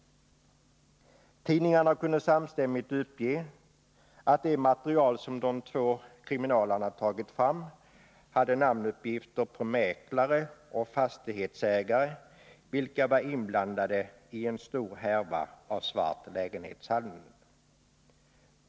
Tidningarna kunde samstämmigt uppge att det material som de två kriminalarna tagit fram hade namnuppgifter på mäklare och fastighetsägare vilka var inblandade i en stor härva av svart lägenhetshandel.